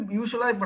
usually